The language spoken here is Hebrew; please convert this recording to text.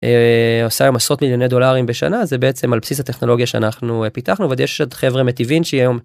עושה עם עשרות מיליוני דולרים בשנה זה בעצם על בסיס הטכנולוגיה שאנחנו פיתחנו ויש עוד חברה מטיבים שיהיום.